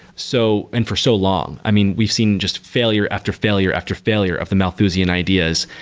so and for so long, i mean, we've seen just failure after failure after failure of the malthusian ideas.